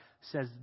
says